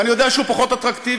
ואני יודע שהוא קצת פחות אטרקטיבי,